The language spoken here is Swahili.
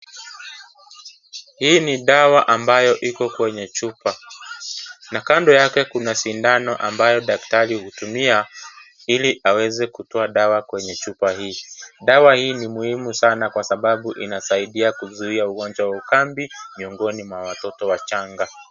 Hii ni dawa ambayo iko kwenye chupa na Kando yake kuna sindano ambayo daktari hutumia iko aweze kutoa dawa kwenye chupa hii. Dawa hii ni muhimu Sana Kwa sababu inasaidia kuzuia ugonjwa wa ukambi miongoni mwa watoto wachanga.